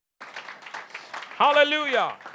Hallelujah